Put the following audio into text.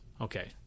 Okay